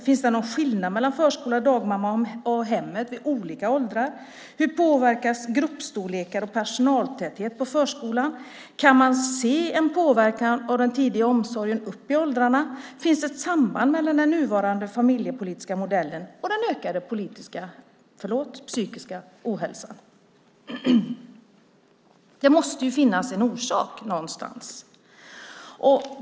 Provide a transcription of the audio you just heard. Finns det någon skillnad mellan förskola, dagmamma och hemmet vid olika åldrar? Hur påverkar gruppstorlekar och personaltäthet på förskolan? Kan man se en påverkan av den tidiga omsorgen upp i åldrarna? Finns det ett samband mellan den nuvarande familjepolitiska modellen och den ökade psykiska ohälsan? Det måste ju finnas en orsak någonstans.